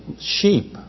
sheep